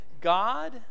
God